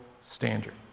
standard